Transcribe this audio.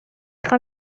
خوام